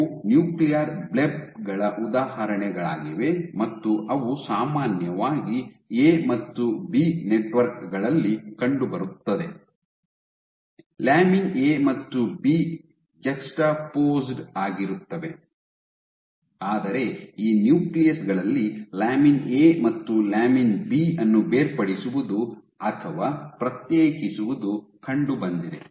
ಇವು nuclear bleb ಗಳ ಉದಾಹರಣೆಗಳಾಗಿವೆ ಮತ್ತು ಅವು ಸಾಮಾನ್ಯವಾಗಿ ಎ ಮತ್ತು ಬಿ ನೆಟ್ವರ್ಕ್ ಗಳಲ್ಲಿ ಕಂಡುಬರುತ್ತವೆ ಲ್ಯಾಮಿನ್ ಎ ಮತ್ತು ಬಿ ಜಸ್ಟ್ಪೋಸ್ಡ್ ಆಗಿರುತ್ತವೆ ಆದರೆ ಈ ನ್ಯೂಕ್ಲಿಯಸ್ ಗಳಲ್ಲಿ ಲ್ಯಾಮಿನ್ ಎ ಮತ್ತು ಬಿ ಅನ್ನು ಬೇರ್ಪಡಿಸುವುದು ಅಥವಾ ಪ್ರತ್ಯೇಕಿಸುವುದು ಕಂಡುಬಂದಿದೆ